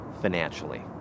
financially